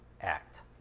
act